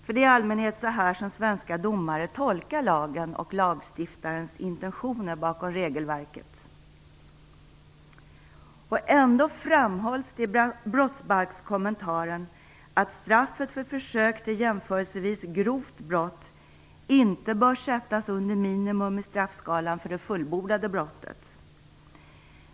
Det är i allmänhet så här som svenska domare tolkar lagen och lagstiftarens intentioner bakom regelverket. Ändå framhålls det i brottsbalkskommentaren att straffet för försök till jämförelsevis grovt brott inte bör sättas under minimum i straffskalan för det fullbordade brottet.